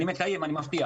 אני מבטיח